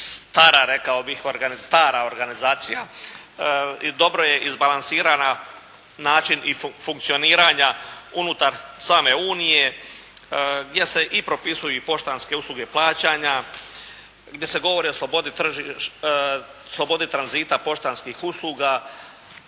stara organizacija i dobro je izbalansirana, način i funkcioniranja unutar same Unije, gdje se i propisuju i poštanske usluge plaćanja, gdje se govori o slobodi tranzita poštanskih usluga,